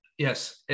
Yes